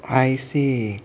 I see